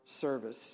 Service